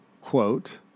quote